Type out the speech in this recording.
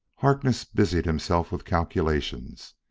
harkness busied himself with calculations.